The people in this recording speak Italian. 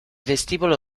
vestibolo